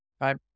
right